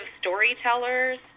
storytellers